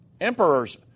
Emperors